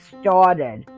started